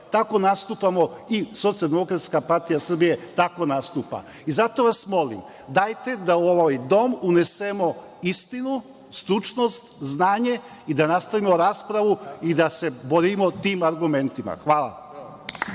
nastupamo i Socijaldemokratska partija Srbije tako nastupa. Zato vas molim, dajte da u ovaj dom unesemo istinu, stručnost, znanje i da nastavimo raspravu i da se borimo tim argumentima. Hvala. **Maja